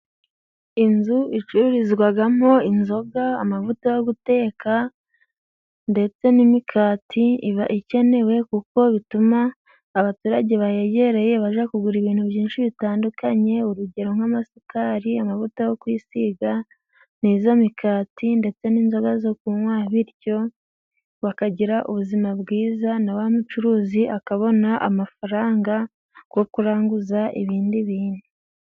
Inzu icururizwagamo inzoga， amavuta yo guteka，ndetse n'imikati， iba ikenewe kuko bituma abaturage bahegereye baja kugura ibintu byinshi bitandukanye， urugero nk'amasukari，amavuta yo kwisiga，n'izo mikati ndetse n'inzoga zo kunywa，bityo bakagira ubuzima bwiza，na wa mucuruzi akabona amafaranga go kuranguza ibindi bintu.